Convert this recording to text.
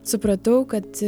supratau kad